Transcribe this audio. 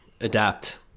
adapt